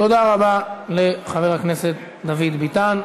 תודה רבה לחבר הכנסת דוד ביטן.